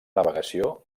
navegació